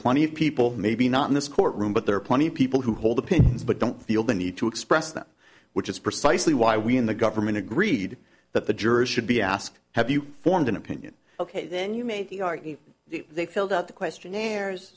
plenty of people maybe not in this courtroom but there are plenty of people who hold opinions but don't feel the need to express them which is precisely why we in the government agreed that the jurors should be asked have you formed an opinion ok then you may think they filled out the questionnaires